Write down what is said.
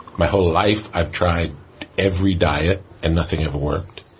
my whole life, i've tried every diet, and nothing ever worked.